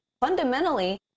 fundamentally